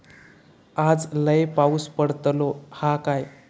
आज लय पाऊस पडतलो हा काय?